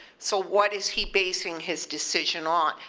so what is he basing his decision on.